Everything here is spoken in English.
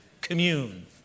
Commune